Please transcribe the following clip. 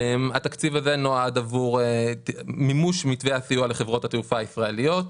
התקציב הזה נועד עבור מימוש מתווה הסיוע לחברות התעופה הישראליות.